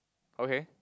okay